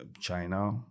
China